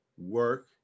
work